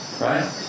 right